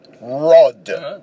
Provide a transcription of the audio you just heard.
Rod